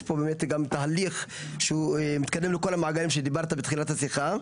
יש פה באמת גם תהליך שהוא מתקדם לכל המעגלים שדיברת בתחילת השיחה,